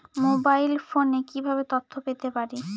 Mobile ফোনে কিভাবে তথ্য পেতে পারি?